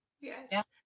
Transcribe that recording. Yes